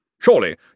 Surely